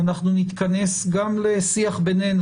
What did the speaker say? נתכנס ביננו,